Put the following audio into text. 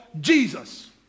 Jesus